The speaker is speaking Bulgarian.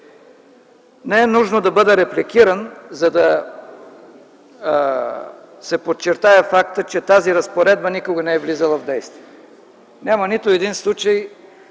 Не е нужно да бъда репликиран, за да се подчертае фактът, че тази разпоредба никога не е влизала в действие. Няма нито един случай,